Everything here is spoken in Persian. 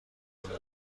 اومده